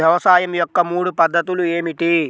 వ్యవసాయం యొక్క మూడు పద్ధతులు ఏమిటి?